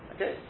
Okay